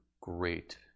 great